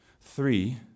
Three